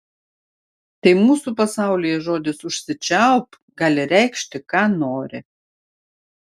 tai mūsų pasaulyje žodis užsičiaupk gali reikšti ką nori